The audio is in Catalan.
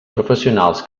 professionals